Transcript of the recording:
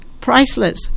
priceless